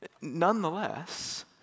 Nonetheless